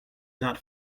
not